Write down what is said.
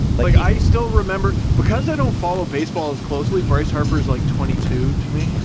like, i still remember, because i don't follow baseball as closely, bryce harper's like twenty two to me.